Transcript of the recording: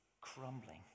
crumbling